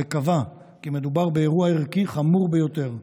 וקבע כי מדובר באירוע ערכי חמור ביותר.